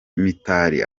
mitali